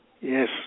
Yes